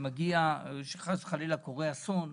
כשחס וחלילה קורה אסון,